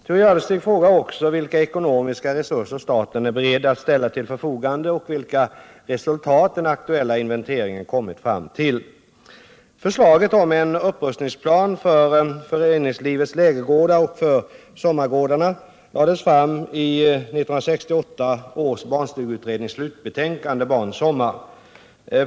Thure Jadestig frågar också vilka ekonomiska resurser staten är beredd att ställa till förfogande och vilka resultat den aktuella inventeringen kommit fram till. Förslaget om en upprustningsplan för föreningslivets lägergårdar och för sommargårdarna lades fram i 1968 års barnstugeutrednings slutbetänkande Barns sommar.